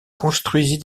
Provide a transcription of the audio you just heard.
construisit